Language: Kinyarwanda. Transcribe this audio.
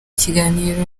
kiganiro